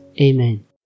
Amen